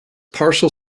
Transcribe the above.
partial